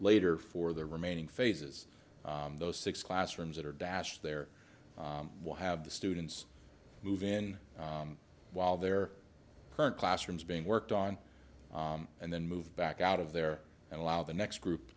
later for the remaining phases those six classrooms that are dash there what have the students move in while their current classrooms being worked on and then move back out of there and allow the next group